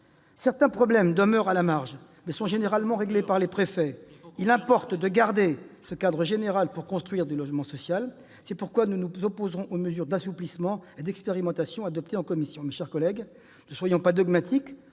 Certains problèmes demeurent à la marge, mais sont généralement réglés par les préfets. Il importe de garder ce cadre général pour construire du logement social. C'est pourquoi nous nous opposerons aux mesures d'assouplissement et d'expérimentation adoptées en commission. Mes chers collègues, ne soyons pas dogmatiques,